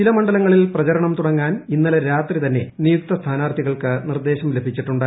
ചില മണ്ഡലങ്ങളിൽ പ്രപ്പിര്ണം തുടങ്ങാൻ ഇന്നലെ രാത്രി തന്നെ നിയുക്ത സ്മാനാർത്ഥികൾക്ക് നിർദ്ദേശം ലഭിച്ചിച്ചിട്ടുണ്ട്